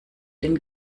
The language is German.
den